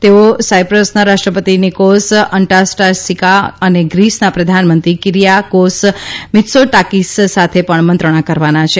તેઓ સાથપ્રસના રાષ્ટ્રપતિ નિકોસ અનાસ્ટાસિઆક અને ગ્રીસના પ્રધાનમંત્રી કીરીથાકોસ મિત્સોટાકીસ સાથે પણ મંત્રણા કરવાના છે